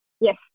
Yes